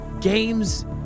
games